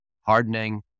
hardening